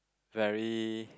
very